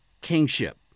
kingship